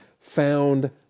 found